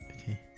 Okay